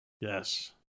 Yes